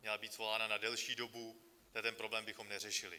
Měla být svolána na delší dobu, tenhle problém bychom neřešili.